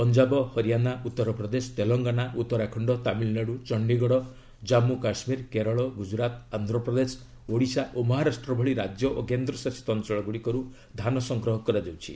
ପଞ୍ଜାବ ହରିୟାଣା ଉତ୍ତର ପ୍ରଦେଶ ତେଲଙ୍ଗାନା ଉତ୍ତରାଖଣ୍ଡ ତାମିଲନାଡ଼୍ର ଚଣ୍ଡୀଗଡ଼ ଜମ୍ମୁ କାଶ୍କୀର କେରଳ ଗୁଗୁରାତ୍ ଆନ୍ଧ୍ରପ୍ରଦେଶ ଓଡ଼ିଶା ଓ ମହାରାଷ୍ଟ୍ର ଭଳି ରାଜ୍ୟ ଓ କେନ୍ଦ୍ରଶାସିତ ଅଞ୍ଚଳଗୁଡ଼ିକରୁ ଧାନ ସଂଗ୍ରହ କରାଯାଉଛି